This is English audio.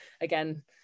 again